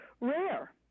rare